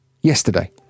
yesterday